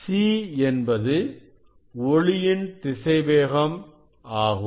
C என்பது ஒளியின் திசைவேகம் ஆகும்